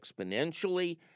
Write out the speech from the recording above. exponentially